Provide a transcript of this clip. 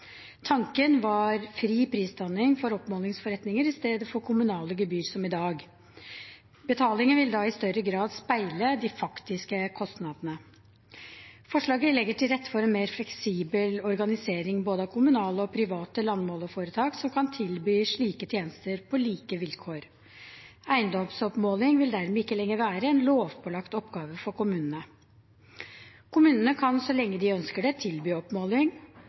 Tanken var fri prisdanning for oppmålingsforretninger i stedet for kommunale gebyr som i dag. Betalingen vil da i større grad speile de faktiske kostnadene. Forslaget legger til rette for en mer fleksibel organisering av både kommunale og private landmålerforetak som kan tilby slike tjenester på like vilkår. Eiendomsoppmåling vil dermed ikke lenger være en lovpålagt oppgave for kommunene. Kommunene kan så lenge de ønsker det, tilby oppmåling.